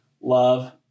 love